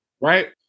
right